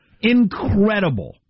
Incredible